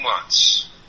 months